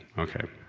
okay